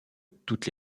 toutes